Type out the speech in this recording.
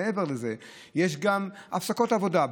מעבר לזה יש גם הפסקות עבודה,